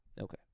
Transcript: Okay